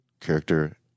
character